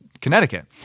Connecticut